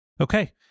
Okay